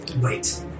Wait